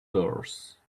doors